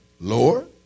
Lord